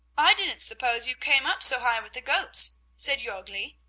i didn't suppose you came up so high with the goats, said jorgli.